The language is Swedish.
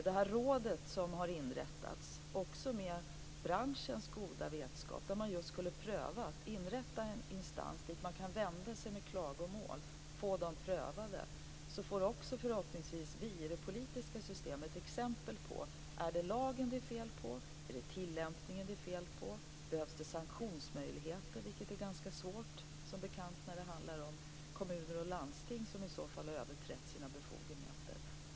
Genom det råd som har inrättats, också med branschens goda vetskap, skall man just pröva att inrätta en instans dit de som har klagomål kan vända sig och få dem prövade. Då får förhoppningsvis också vi i det politiska systemet exempel på om det är lagen eller tillämpningen det är fel på eller om det behövs sanktionsmöjligheter - det är som bekant ganska svårt när det handlar om kommuner och landsting, som i så fall har överträtt sina befogenheter.